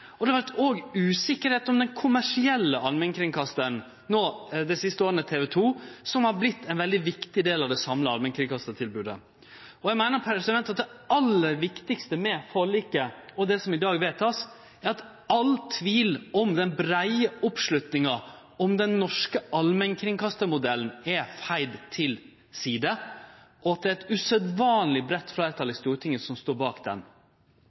og det har òg vore usikkerheit om den kommersielle allmennkringkastaren, nå dei siste åra TV2, som har vorte ein veldig viktig del av det samla allmennkringkastartilbodet. Eg meiner at det aller viktigaste med forliket og det som i dag vert vedteke, er at all tvil om den breie oppslutninga om den norske allmennkringkastarmodellen er feia til side, og at det er eit usedvanleg breitt fleirtal i Stortinget som står bak han. Men det er behov for å ta den